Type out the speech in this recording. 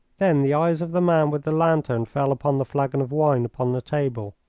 then the eyes of the man with the lantern fell upon the flagon of wine upon the table.